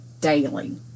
daily